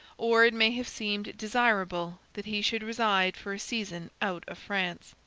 or it may have seemed desirable that he should reside for a season out of france.